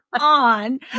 on